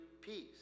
peace